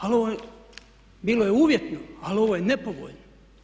Ali bilo je uvjetno, ali ovo je nepovoljno.